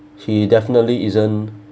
he definitely isn't